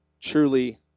truly